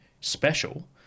special